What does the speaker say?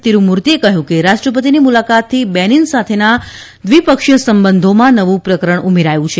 તિરૂમૂર્તિએ કહ્યું કે રાષ્ટ્રપતિની મુલાકાતથી બેનીન સાથેના દ્વિપક્ષી સંબંધોમાં નવું પ્રકરણ ઉમેરાયું છે